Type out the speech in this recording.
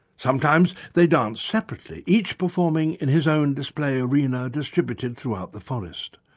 sometimes they dance separately, each performing in his own display arena distributed throughout the forest.